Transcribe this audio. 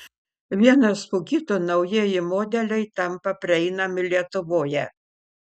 vienas po kito naujieji modeliai tampa prieinami lietuvoje